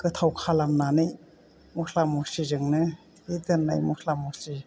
गोथाव खालामनानै मस्ला मस्लिजोंनो बे दोन्नाय मस्ला मस्लि